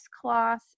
cloth